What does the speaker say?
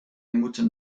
moeten